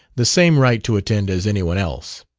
the same right to attend as anyone else.